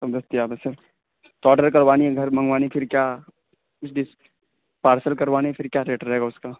سب دستیاب ہیں سب تو آڈر کروانی گھر منگوانی پھر کیا پارسل کروانی ہے پھر کیا ریٹ رہے گا اس کا